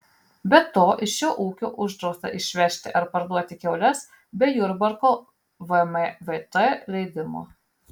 be to iš šio ūkio uždrausta išvežti ar parduoti kiaules be jurbarko vmvt leidimo